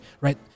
Right